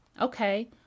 okay